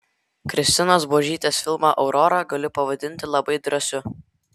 kristinos buožytės filmą aurora galiu pavadinti labai drąsiu